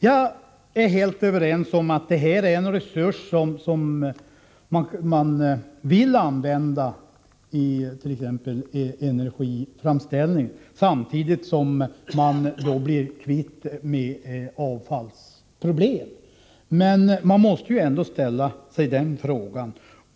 Jag håller med om att det här är en resurs som man vill använda för t.ex. energiframställning, samtidigt som man blir kvitt avfallsproblem.